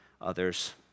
others